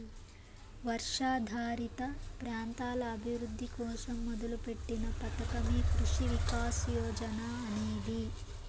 వర్షాధారిత ప్రాంతాల అభివృద్ధి కోసం మొదలుపెట్టిన పథకమే కృషి వికాస్ యోజన అనేది